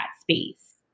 space